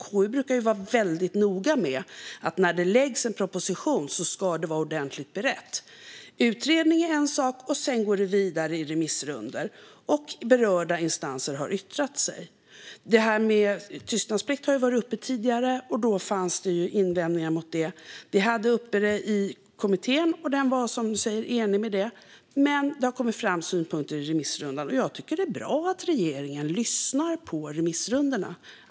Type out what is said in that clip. KU brukar vara väldigt noga med att när det läggs en proposition ska det vara ordentligt berett. Utredning är en sak. Sedan går det vidare i remissrundor, och berörda instanser yttrar sig. Det här med tystnadsplikt har varit uppe tidigare, och då fanns det invändningar mot det. Vi hade det uppe i kommittén, och som du säger var den enig, men det har kommit fram synpunkter i remissrundan, och jag tycker att det är bra att regeringen lyssnar på remissrundorna.